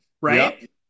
right